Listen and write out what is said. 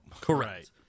Correct